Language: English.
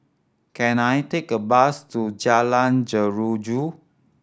can I take a bus to Jalan Jeruju